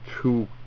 two